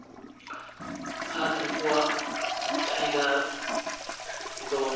ᱟᱨ ᱱᱩᱠᱩᱣᱟᱜ ᱪᱟᱦᱤᱫᱟᱨ ᱫᱚ